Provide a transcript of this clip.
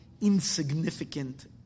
insignificant